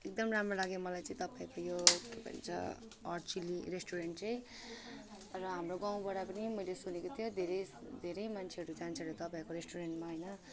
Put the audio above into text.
एकदम राम्रो लाग्यो मलाई चाहिँ तपाईँको यो के भन्छ हट चिल्ली रेस्टुरेन्ट चाहिँ र हाम्रो गाउँबाट पनि मैले सुनेको थियो धेरै धेरै मान्छेहरू जान्छ अरे तपाईँको रेस्टुरेन्टमा होइन